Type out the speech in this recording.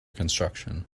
construction